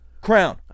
crown